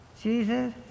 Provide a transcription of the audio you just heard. Jesus